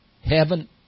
heaven